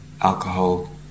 alcohol